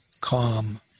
calm